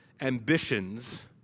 ambitions